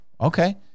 Okay